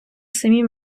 самі